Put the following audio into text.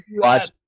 watch